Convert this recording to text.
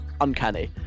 uncanny